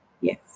Yes